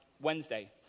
Wednesday